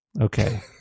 Okay